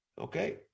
Okay